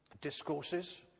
discourses